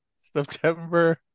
September